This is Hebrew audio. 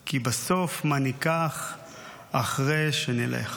/ כי בסוף מה ניקח / אחרי שנלך".